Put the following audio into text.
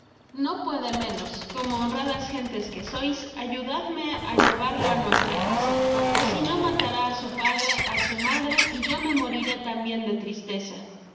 no puede menos como honradas gentes que sois ayudadme á llevarlo á nuestra casa ó sino matará á su padre á su madre y yo me moriré tambien de tristeza